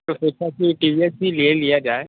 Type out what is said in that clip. तो सोचा की टी वी एस ही ले लिया जाए